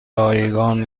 رایگان